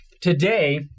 today